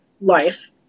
life